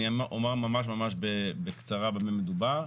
אני אומר ממש בקצרה במה מדובר.